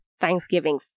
Thanksgiving